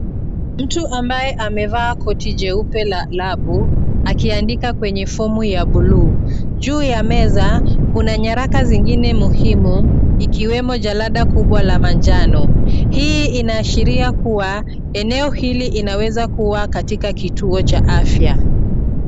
Mtu ambaye amevaa koti jeupe la labu akiandika kwenye fomu ya bluu. Juu ya meza kuna nyaraka zingine muhimu, ikiwemo jalada kubwa la manjano. Huu inaashiria kuwa eneo hili linaweza kuwa katika kituo cha afya.